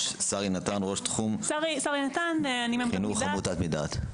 שרי נתן מעמותת "מדעת".